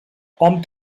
hom